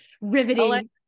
riveting